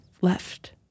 left